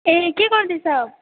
ए के गर्दैछौ